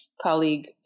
colleague